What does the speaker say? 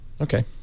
Okay